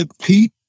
Pete